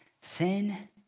sin